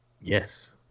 yes